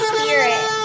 Spirit